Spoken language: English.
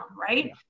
right